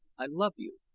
i love you!